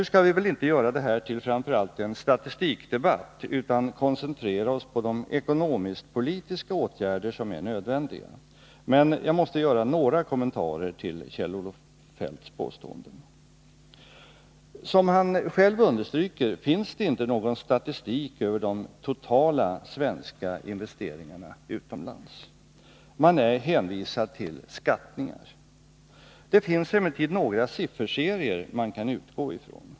Vi skall väl inte göra det här till framför allt en statistikdebatt utan koncentrera oss på de ekonomisk-politiska åtgärder som är nödvändiga, men jag måste göra några kommentarer till Kjell-Olof Feldts påståenden. Som han själv understryker finns det inte någon statistik över de totala svenska investeringarna utomlands. Man är hänvisad till skattningar. Det finns emellertid några sifferserier man kan utgå ifrån.